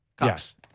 Yes